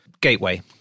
Gateway